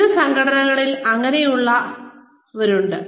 വിവിധ സംഘടനകളിൽ അങ്ങനെയുള്ളവരുണ്ട്